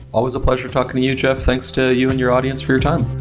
always a pleasure talking to you, jeff. thanks to you and your audience for your time.